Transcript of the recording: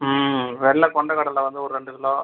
ம் வெள்ளை கொண்டக்கடலை வந்து ஒரு ரெண்டு கிலோ